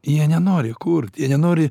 jie nenori kurt jie nenori